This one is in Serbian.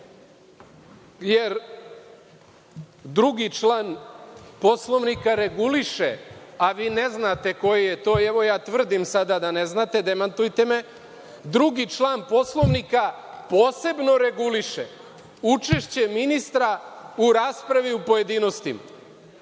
jer drugi član Poslovnika reguliše, a vi ne znate koji je to član, evo, ja tvrdi sada da ne znate. Vi, me demantujte. Drugi član Poslovnika posebno reguliše učešće ministra u raspravi u pojedinostima.